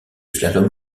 slalom